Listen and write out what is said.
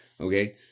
Okay